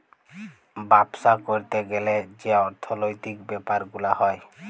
বাপ্সা ক্যরতে গ্যালে যে অর্থলৈতিক ব্যাপার গুলা হ্যয়